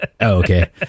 okay